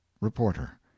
REPORTER